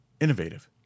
Innovative